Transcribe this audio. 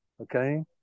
okay